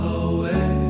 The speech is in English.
away